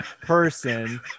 person